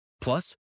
Plus